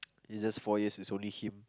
it's just four years it's only him